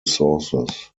sources